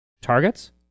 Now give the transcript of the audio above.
targets